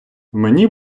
мені